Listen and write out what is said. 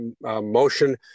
motion